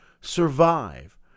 survive